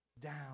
down